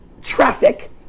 traffic